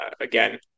again